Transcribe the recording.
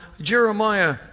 Jeremiah